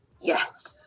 Yes